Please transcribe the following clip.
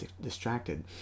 distracted